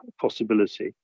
possibility